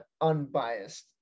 unbiased